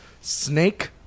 Snake